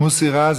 מוסי רז,